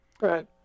right